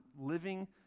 living